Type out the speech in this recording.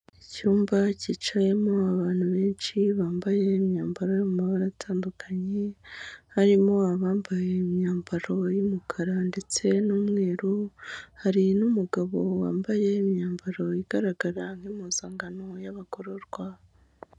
Icyumba cyicayemo abantu benshi bambaye imyambaro yo mu mabara atandukanye harimo abambaye imyambaro y'umukara ndetse n'umweru, hari n'umugabo wambaye imyambaro igaragara nk'impuzankano y'abagororwa.